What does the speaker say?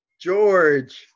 George